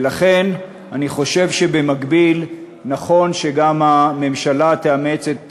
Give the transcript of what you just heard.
ולכן אני חושב שבמקביל נכון שהממשלה גם תאמץ את